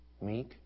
meek